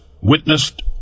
witnessed